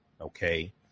Okay